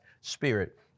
spirit